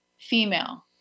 female